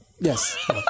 Yes